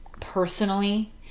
personally